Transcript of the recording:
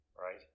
right